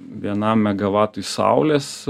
vienam megavatui saulės